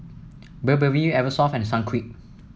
Burberry Eversoft and Sunquick